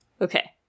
Okay